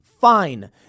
Fine